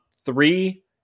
Three